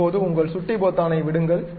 இப்போது உங்கள் சுட்டி பொத்தானை விடுங்கள்